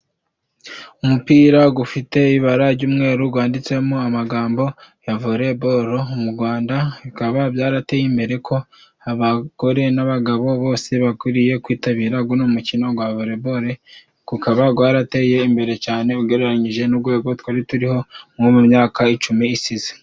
Umupira gufite ibara ry'umweru， gwanditsemo amagambo ya voriboro， mu Rwanda bikaba byarateye imbere ko abagore n'abagabo， bose bakwiriye kwitabira guno mukino gwa voribore，gukaba gwarateye imbere cyane ugereranyije n'urwego twari turiho nko mu myaka icumi isize.